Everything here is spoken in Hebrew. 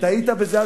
טעית בזה,